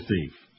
thief